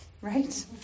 Right